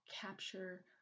capture